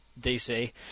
DC